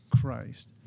Christ